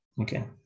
Okay